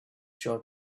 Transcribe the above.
sure